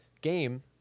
game